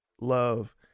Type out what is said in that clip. love